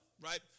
right